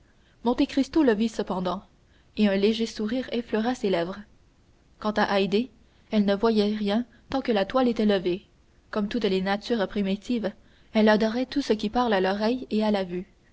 place monte cristo le vit cependant et un léger sourire effleura ses lèvres quant à haydée elle ne voyait rien tant que la toile était levée comme toutes les natures primitives elle adorait tout ce qui parle à l'oreille et à la vue